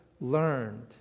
learned